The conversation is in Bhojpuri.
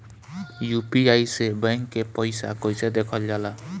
यू.पी.आई से बैंक के पैसा कैसे देखल जाला?